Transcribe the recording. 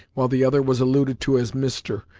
while the other was alluded to as mr,